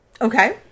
Okay